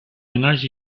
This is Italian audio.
analisi